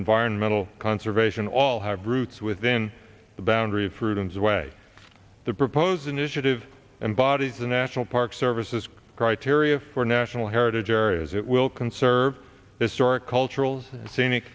environmental conservation all have roots within the boundary of freedoms away the proposed it's initiative and bodies the national park services criteria for national heritage areas it will conserve historic cultural scenic